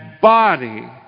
body